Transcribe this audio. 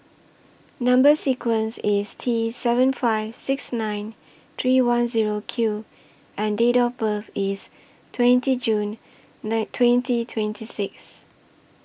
Number sequence IS T seven five six nine three one Zero Q and Date of birth IS twenty June twenty twenty six